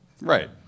Right